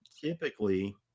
typically